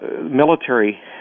military